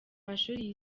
mashuri